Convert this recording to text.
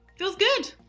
feels good!